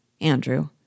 Andrew